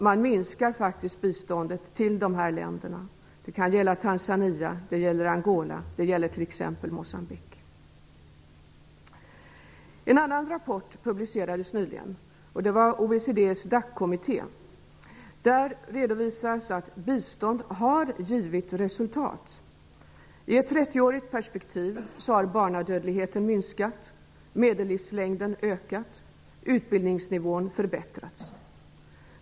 De minskar biståndet till dessa länder -- det gäller t.ex. Tanzania, Angola, En annan rapport publicerades nyligen av OECD:s DAC-kommitté. I den redovisas att bistånd har givit resultat. I ett trettioårigt perspektiv har barnadödligheten minskat, medellivslängd ökat, utbildningsnivån förbättrats.